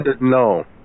no